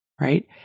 right